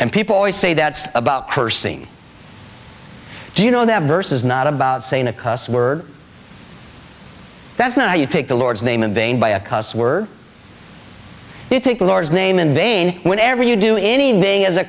and people always say that about cursing do you know that verse is not about saying a cuss word that's not how you take the lord's name in vain by a cuss word you take the lord's name in vain whenever you do anything as a